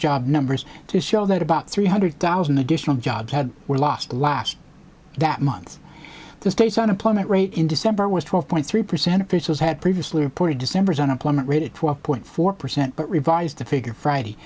job numbers to show that about three hundred thousand additional jobs had were lost last that month the state's unemployment rate in december was twelve point three percent officials had previously reported december's unemployment rate of twelve point four percent but revised the figure friday